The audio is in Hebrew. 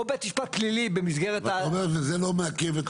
או גוף משפט פלילי --- ואתה אומר זה לא מעכב?